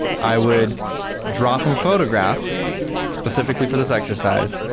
i would draw from a photograph specifically for this exercise.